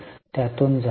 तर त्यातून जा